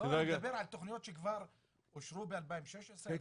אני מדבר על תכניות שאושרו כבר ב-2016,